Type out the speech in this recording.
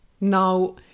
Now